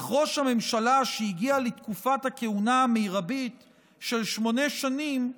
אך ראש הממשלה שהגיע לתקופת הכהונה המרבית של שמונה שנים,